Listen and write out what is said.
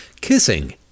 Kissing